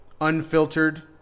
Unfiltered